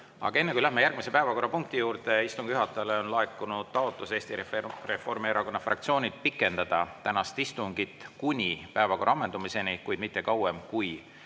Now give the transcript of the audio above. Aga enne, kui läheme järgmise päevakorrapunkti juurde, istungi juhatajale on laekunud taotlus Eesti Reformierakonna fraktsioonilt pikendada tänast istungit kuni päevakorra ammendumiseni, kuid mitte kauem kui